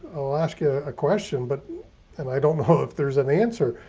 i'll ask you a question, but and i don't know if there's an answer.